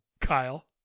Kyle